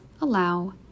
allow